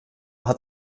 hat